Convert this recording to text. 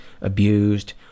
abused